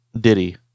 Diddy